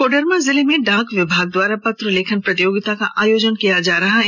कोडरमा जिले में डाक विभाग द्वारा पत्र लेखन प्रतियोगिता का आयोजन किया जा रहा है